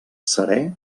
serè